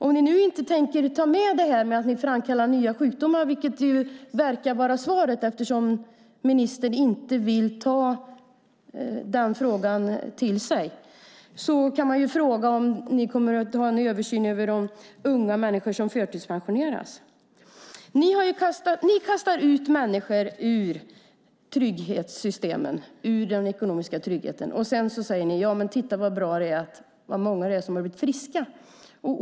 Om ni inte tänker ta med detta med att ni framkallar nya sjukdomar, vilket verkar vara svaret eftersom ministern inte vill ta till sig den frågan, kan jag fråga om ni kommer att göra en översyn av de unga människor som förtidspensioneras. Ni kastar ut människor ur trygghetssystemen - ur den ekonomiska tryggheten. Sedan säger ni: Titta så bra det är och så många som har blivit friska!